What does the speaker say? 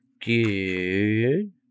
Good